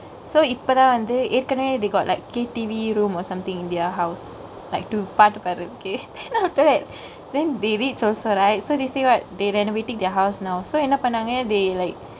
so இப்பதா வந்து ஏட்கனவே:ippathaa vanthu yetkanave they got like K_T_V room or somethingk in their house like to பாட்டு பாடுரதுக்கு:paatu paadrathuku okay then after that then they rich also right so they say what they renovatingk their house now so என்ன பன்னாங்க:enna pannangkge they like